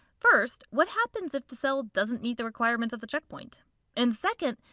first, what happens if the cell doesn't meet the requirements of the checkpoint and second,